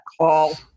call